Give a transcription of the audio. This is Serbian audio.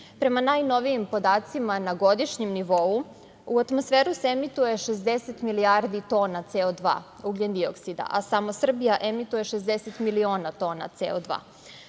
najnovijim podacima, na godišnjem nivou u atmosferu se emituje 60 milijardi tona CO2, ugljen-dioksida, a samo Srbija emituje 60 miliona tona CO2.